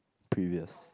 previous